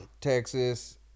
Texas